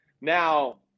Now